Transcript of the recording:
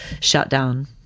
shutdown